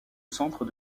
centre